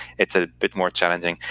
it's a bit more challenging.